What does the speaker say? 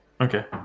Okay